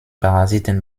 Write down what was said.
parasiten